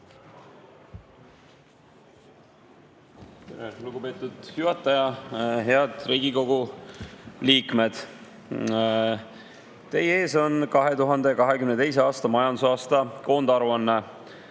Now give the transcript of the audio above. Lugupeetud juhataja! Head Riigikogu liikmed! Teie ees on 2022. aasta majandusaasta koondaruanne.